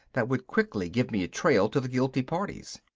that would quickly give me a trail to the guilty parties.